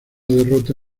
derrota